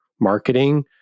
marketing